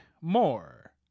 More